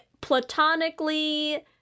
platonically